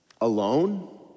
Alone